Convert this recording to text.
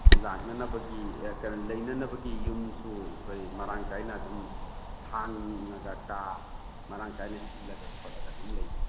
ꯂꯥꯛꯅꯅꯕꯒꯤ ꯂꯩꯅꯅꯕꯒꯤ ꯌꯨꯝꯁꯨ ꯑꯩꯈꯣꯏ ꯃꯔꯥꯡ ꯀꯥꯏꯅ ꯑꯗꯨꯝ ꯍꯥꯡꯂꯒ ꯀꯥ ꯃꯔꯥꯡ ꯀꯥꯏꯅ ꯁꯤꯜꯂꯒ ꯈꯣꯠꯂꯕ ꯑꯗꯨꯝ ꯂꯩ